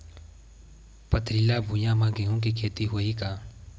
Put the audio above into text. पथरिला भुइयां म गेहूं के खेती होही का?